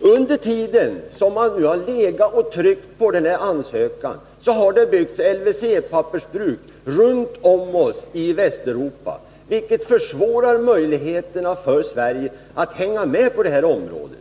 Under den tid som man nu har legat och tryckt på denna ansökan har det byggts ett antal LVC-pappersbruk runt om oss i Västeuropa, vilket försvårar möjligheterna för Sverige att hänga med på detta område.